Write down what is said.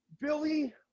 Billy